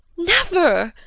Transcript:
never!